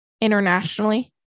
internationally